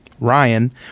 Ryan